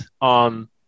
on